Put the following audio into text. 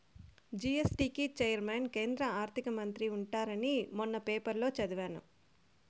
GST కి chairman కేంద్ర ఆర్థిక మంత్రి ఉంటారని మొన్న పేపర్లో చదివాను